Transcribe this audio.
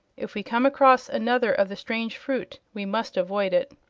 if we come across another of the strange fruit we must avoid it.